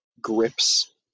grips